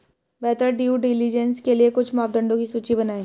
बेहतर due diligence के लिए कुछ मापदंडों की सूची बनाएं?